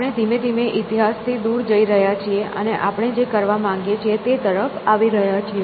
આપણે ધીમે ધીમે ઇતિહાસ થી દૂર જઈ રહ્યા છીએ અને આપણે જે કરવા માંગીએ છીએ તે તરફ આવી રહ્યા છીએ